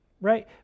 Right